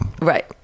right